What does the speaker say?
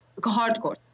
Hardcore